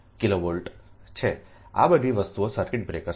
આ બધી વસ્તુઓ સર્કિટ બ્રેકર્સના છે